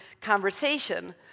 conversation